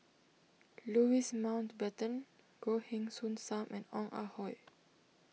Louis Mountbatten Goh Heng Soon Sam and Ong Ah Hoi